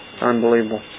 Unbelievable